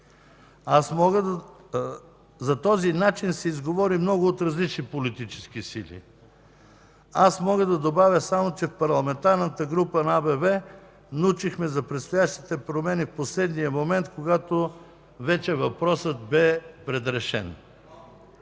За този начин се изговори много от различни политически сили. Мога да добавя само, че в Парламентарната група на АБВ научихме за предстоящите промени в последния момент, когато вече въпросът бе предрешен.